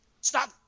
Stop